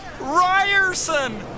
Ryerson